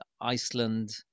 Iceland